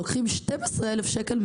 לוקחים מהבר 12 אלף שקל,